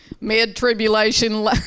mid-tribulation